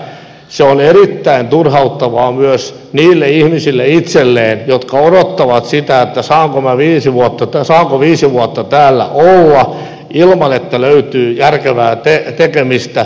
sanon vielä myös sen että se on erittäin turhauttavaa myös niille ihmisille itselleen jotka odottavat sitä että saanko minä viisi vuotta vielä täällä olla ilman että löytyy järkevää tekemistä